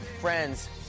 Friends